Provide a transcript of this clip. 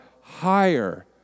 higher